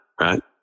right